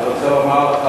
אני רוצה לומר לך